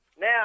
Now